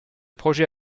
projet